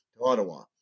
Ottawa